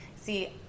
see